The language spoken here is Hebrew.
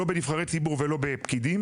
לא בנבחרי ציבור ולא בפקידים,